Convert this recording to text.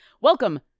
Welcome